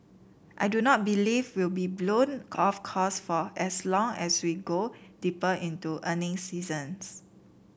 I do not believe will be blown off course for as long as we go deeper into earnings seasons